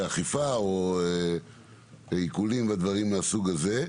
אכיפה או עיקול ודברים מהסוג הזה.